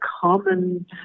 common